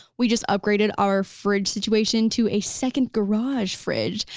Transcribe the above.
we just upgraded our fridge situation to a second garage fridge,